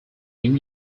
new